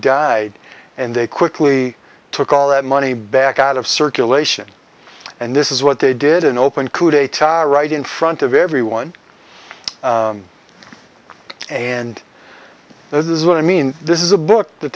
died and they quickly took all that money back out of circulation and this is what they did an open could a tie right in front of everyone and this is what i mean this is a book that